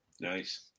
Nice